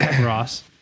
Ross